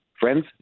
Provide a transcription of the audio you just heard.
Friends